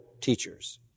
teachers